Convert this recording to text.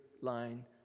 line